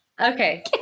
okay